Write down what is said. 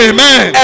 Amen